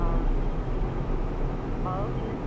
ହଁ ହଉ ହେଲେ